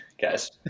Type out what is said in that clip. guys